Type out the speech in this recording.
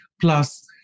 plus